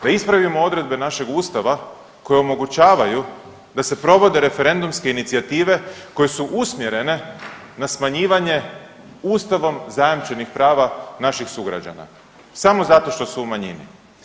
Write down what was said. Da ispravimo odredbe našeg Ustava koje omogućavaju da se provode referendumske inicijative koje su usmjerene na smanjivanje ustavom zajamčenih prava naših sugrađana, samo zato što su u manjini.